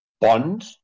bond